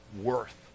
worth